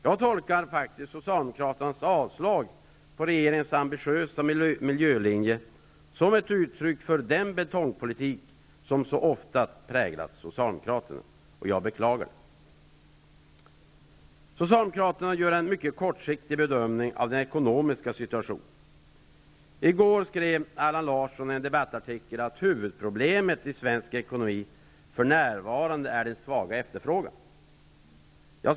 Jag tolkar faktiskt Socialdemokraternas yrkande om avslag beträffande regeringens ambitiösa miljölinje som ett uttryck för den betongpolitik som så ofta präglat Socialdemokraterna. Detta beklagar jag. Socialdemokraterna gör en mycket kortsiktig bedömning av den ekonomiska situationen. I går skrev Allan Larsson i en debattartikel att huvudproblemet i svensk ekonomi för närvarande är den svaga efterfrågan.